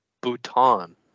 bhutan